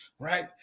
Right